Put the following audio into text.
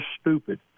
stupid